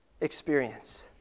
experience